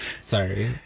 Sorry